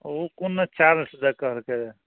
ओ कोन दन चार्ल्स दे कहलकै रहए